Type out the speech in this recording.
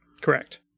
Correct